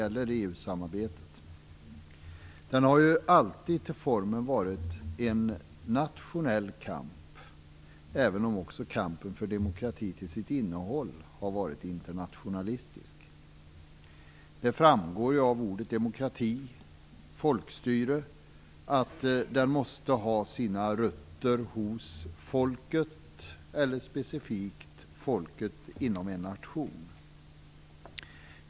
Till formen har kampen för demokrati alltid varit en nationell kamp, även om den till sitt innehåll varit internationalistisk. Det framgår av ordet demokrati, folkstyre, att rötterna måste finnas hos folket - eller, specifikt, hos folket inom en nation.